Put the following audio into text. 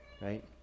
right